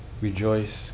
rejoice